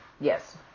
Yes